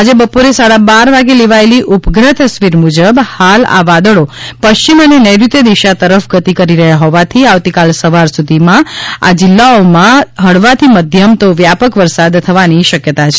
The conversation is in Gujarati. આજે બપોરે સાડા બાર વાગ્યે લેવાયેલી ઉપગ્રહ તસવીર મૂજબ હાલ આ વાદળો પશ્ચિમ અને નૈઋત્ય દિશા તરફ ગતિ કરી રહ્યાં હોવાથી આવતીકાલ સવાર સુધી આ જીલ્લાઓમાં જ હળવાથી મધ્યમ વ્યાપક વરસાદ થવાની શક્યતા છે